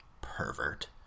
Pervert